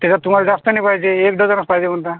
त्याच्यात तुम्हाला जास्त नाही पाहिजे एक डझनच पाहिजे म्हणता